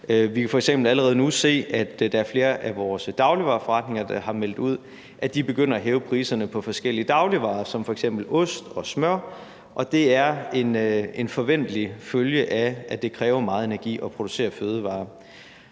f.eks. allerede nu se, at der er flere af vores dagligvareforretninger, der har meldt ud, at de begynder at hæve priserne på forskellige dagligvarer som f.eks. ost og smør, og det er en forventelig følge af, at det kræver meget energi at producere fødevarer.